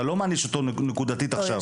אתה לא מעניש אותו נקודתית עכשיו.